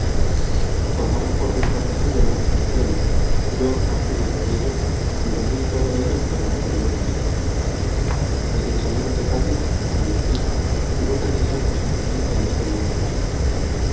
formaron corro en torno suyo algunos oficiales y yo más curioso que ellos me volví todo oídos para no perder una sílaba desde que salimos de cádiz dijo malespina churruca tenía el presentimiento de este gran desastre